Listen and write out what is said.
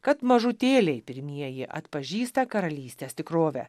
kad mažutėliai pirmieji atpažįsta karalystės tikrovę